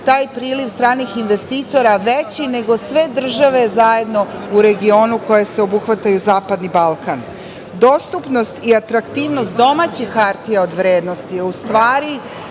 taj priliv stranih direktnih investitora veći nego sve države zajedno u regionu koje obuhvataju zapadni Balkan. Dostupnost i atraktivnost domaćih hartija od vrednosti je u stvari